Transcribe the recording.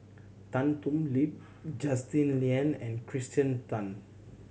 Tan Thoon Lip Justin Lean and Kirsten Tan